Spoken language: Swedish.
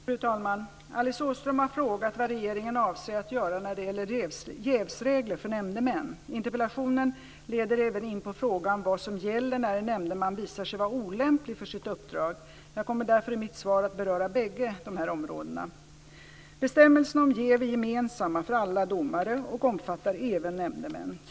Fru talman! Alice Åström har frågat vad regeringen avser att göra när det gäller jävsregler för nämndemän. Interpellationen leder även in på frågan vad som gäller när en nämndeman visar sig vara olämplig för sitt uppdrag. Jag kommer därför i mitt svar att beröra bägge dessa områden. Bestämmelserna om jäv är gemensamma för alla domare och omfattar även nämndemän.